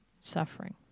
suffering